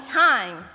time